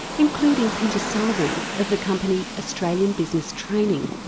including peter sullivan of the company australian business training.